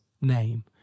name